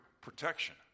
protection